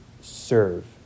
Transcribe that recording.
serve